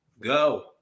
go